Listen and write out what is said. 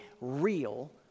real